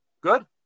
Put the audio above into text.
Good